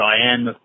Diane